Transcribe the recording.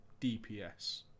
DPS